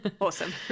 Awesome